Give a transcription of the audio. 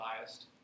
biased